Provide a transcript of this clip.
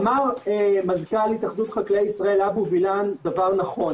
אמר מזכ"ל התאחדות חקלאי ישראל אבשלום וילן דבר נכון.